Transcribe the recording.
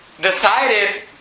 Decided